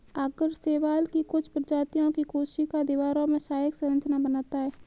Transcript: आगर शैवाल की कुछ प्रजातियों की कोशिका दीवारों में सहायक संरचना बनाता है